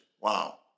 Wow